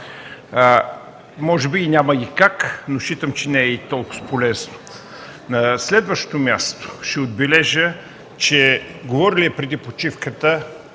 Може би няма и как, но считам, че не е и толкова полезно. На следващо място, ще отбележа, че говорилият преди почивката